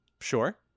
Sure